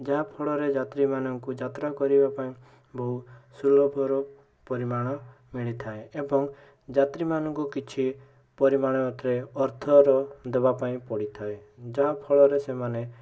ଯାହା ଫଳରେ ଯାତ୍ରୀମାନଙ୍କୁ ଯାତ୍ରା କରିବା ପାଇଁ ବହୁ ସୁଲଭର ପରିମାଣ ମିଳିଥାଏ ଏବଂ ଯାତ୍ରୀମାନଙ୍କୁ କିଛି ପରିମାଣ ଅର୍ଥରେ ଅର୍ଥର ଦେବା ପାଇଁ ପଡ଼ିଥାଏ ଯାହା ଫଳରେ ସେମାନେ